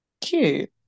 cute